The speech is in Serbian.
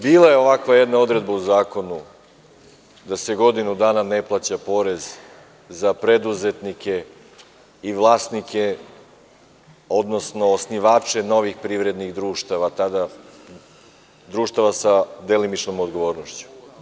Bila je ovakva jedna odredba u zakonu da se godinu dana ne plaća porez za preduzetnike i vlasnike, odnosno osnivače novih privrednih društava, tada društava sa delimičnom odgovornošću.